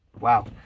Wow